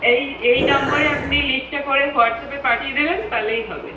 এই এই নম্বরে আপনি লিস্টটা করে হোয়াটসঅ্যাপে পাঠিয়ে দেবেন তাহলেই হবে